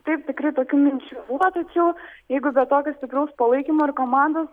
taip tikrai tokių minčių buvo tačiau jeigu be tokio stipraus palaikymo ir komandos